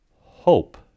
hope